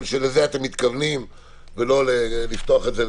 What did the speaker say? שלזה אתם מתכוונים ולא לפתוח את זה.